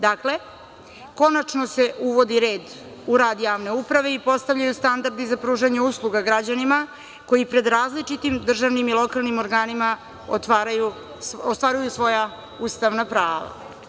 Dakle, konačno se uvodi red u rad javne uprave i postavljaju standardi za pružanje usluga građanima, koji pred različitim državnim i lokalnim organima ostvaruju svoja Ustavna prava.